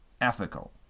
ethical